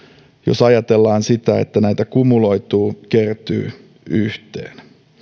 jos ajatellaan sitä että näitä kumuloituu kertyy yhteen